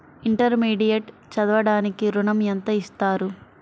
Intermediate చదవడానికి ఋణం ఎంత ఇస్తారు?